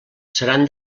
seran